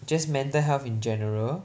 just mental health in general